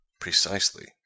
precisely